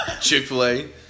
Chick-fil-A